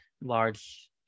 large